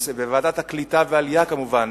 בוועדת הקליטה והעלייה כמובן,